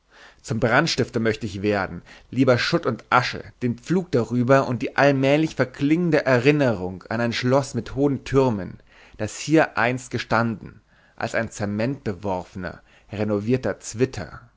zum brandstifter möchte ich werden lieber schutt und asche den pflug darüber und die allmählich verklingende erinnerung an ein schloß mit hohen türmen das hier einst gestanden als ein cementbeworfener renovierter zwitter